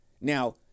now